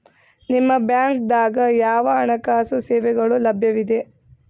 ನಿಮ ಬ್ಯಾಂಕ ದಾಗ ಯಾವ ಹಣಕಾಸು ಸೇವೆಗಳು ಲಭ್ಯವಿದೆ?